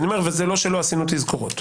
וזה לא שלא עשינו תזכורות.